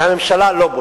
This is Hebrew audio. והממשלה לא בונה.